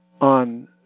on